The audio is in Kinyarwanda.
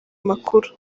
makuru